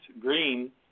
green